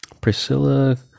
Priscilla